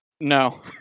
No